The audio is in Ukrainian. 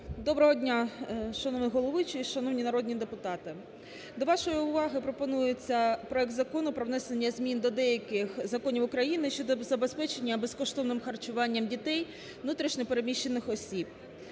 Доброго дня, шановний головуючий, шановні народні депутати! До вашої уваги пропонується проект Закону про внесення змін до деяких законів України щодо забезпечення безкоштовним харчуванням дітей внутрішньо переміщених осіб.